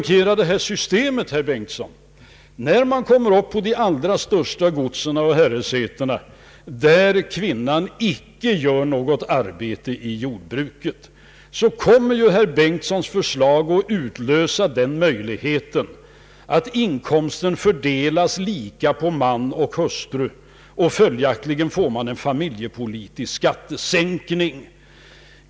Detta system fungerar emellertid så, herr Bengtson, att det skall gälla alla, och på de allra största godsen och herresätena utför kvinnan icke något arbete i jordbruket. Herr Bengtsons förslag skulle komma att utlösa den möjligheten att inkomsten kunde fördelas lika på man och hustru, Följaktligen skulle man få en familjepolitisk skattesänkning.